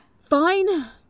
Fine